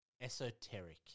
esoteric